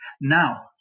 Now